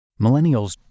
Millennials